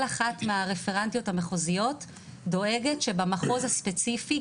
כל אחת מהרפרנטיות המחוזיות דואגת שבמחוז הספציפי,